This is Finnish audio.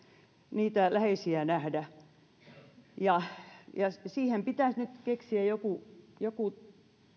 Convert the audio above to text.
niitä läheisiä nähdä siihen pitäisi nyt keksiä joku joku